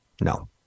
No